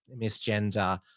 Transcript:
misgender